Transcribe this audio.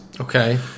Okay